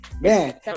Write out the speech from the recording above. man